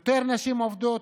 יותר נשים עובדות,